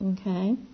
Okay